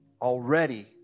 already